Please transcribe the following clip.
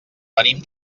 venim